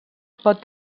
pot